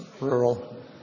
rural